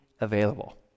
available